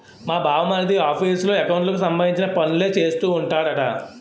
నా బావమరిది ఆఫీసులో ఎకౌంట్లకు సంబంధించిన పనులే చేస్తూ ఉంటాడట